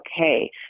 okay